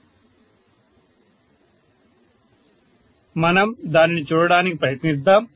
professor మనం దానిని చూడటానికి ప్రయత్నిద్దాం